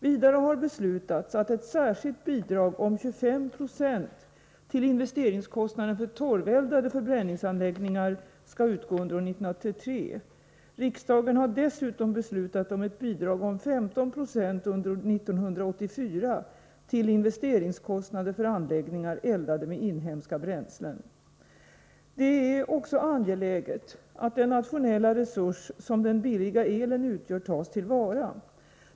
Vidare har beslutats att ett särskilt bidrag om 2596 till investeringskostnaden för torveldade förbränningsanläggningar skall utgå under år 1983. Riksdagen har dessutom beslutat om ett bidrag om 15 926 under år 1984 till investeringskostnader för anläggningar eldade med inhemska bränslen. Det är också angeläget att den nationella resurs som den billiga elen utgör tas till vara.